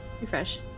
Refresh